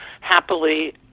happily